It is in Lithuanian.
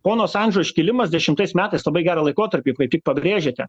pono asandžo iškilimas dešimtais metais labai gerą laikotarpį kaip tik pabrėžėte